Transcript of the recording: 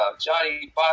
Johnny